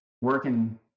working